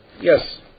yes